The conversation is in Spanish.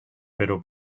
pero